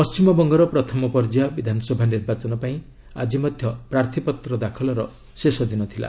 ପଶ୍ଚିମବଙ୍ଗର ପ୍ରଥମ ପର୍ଯ୍ୟାୟ ବିଧାନସଭା ନିର୍ବାଚନ ପାଇଁ ଆଜି ମଧ୍ୟ ପ୍ରାର୍ଥୀପତ୍ର ଦାଖଲର ଶେଷଦିନ ଥିଲା